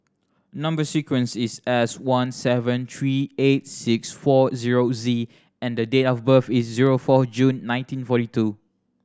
number sequence is S one seven three eight six four zero Z and the date of birth is zero four June nineteen forty two